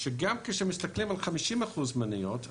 שגם כשמסתכלים על 50% מניות,